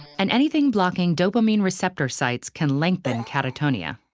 and anything blocking dopamine receptor sites can lengthen catatonia.